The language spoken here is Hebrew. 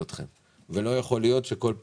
לא יכול להיות שכל פעם,